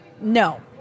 No